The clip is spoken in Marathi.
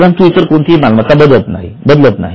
परंतु इतर कोणतीही मालमत्ता बदलत नाही